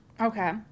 Okay